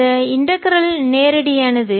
இந்த இன்டகரல் ஒருங்கிணைப்பு நேரடியானது